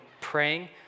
praying